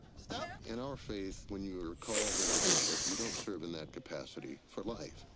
step. in our faith, when you're called as a bishop, you don't serve in that capacity for life.